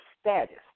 status